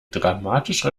dramatisch